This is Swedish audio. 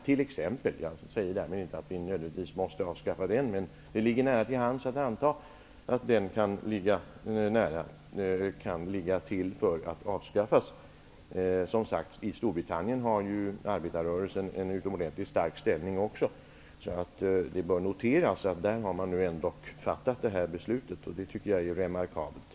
Därmed säger jag inte att vi nödvändigtvis måste avskaffa Första maj, men det ligger nära till hands att avskaffa den helgdagen. Också i Storbritannien har ju arbetarrörelsen en utomordentligt stark ställning. Det bör noteras att man där har fattat beslut om ett avskaffande, vilket jag tycker är remarkabelt.